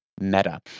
meta